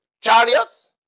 Chariots